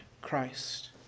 Christ